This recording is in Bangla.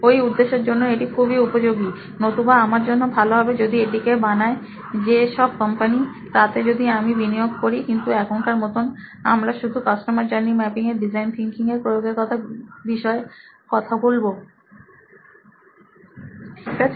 ওই উদ্দেশ্যের জন্য এটি খুব উপযোগী নতু বা আমার জন্য ভালো হবে যদি এটিকে বানায় যে সব কোম্পানি তাতে যদি আমি বিনিয়োগ করি কিন্তু এখনকার মতো আমরা শুধু কাস্টমার জার্নি ম্যাপিং এ ডিজাইন থিঙ্কিং এর প্রয়োগ এর বিষয় কথা বলবো ঠিক আছে